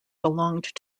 belonged